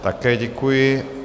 Také děkuji.